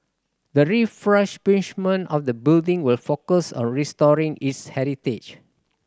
the refurbishment of the building will focus on restoring its heritage